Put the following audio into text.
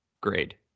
grade